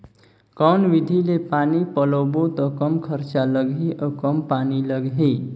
कौन विधि ले पानी पलोबो त कम खरचा लगही अउ कम पानी लगही?